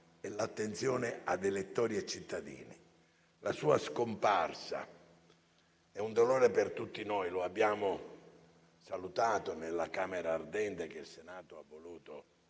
e l'attenzione ad elettori e cittadini. La sua scomparsa è un dolore per tutti noi. Lo abbiamo salutato nella camera ardente, che il Senato ha voluto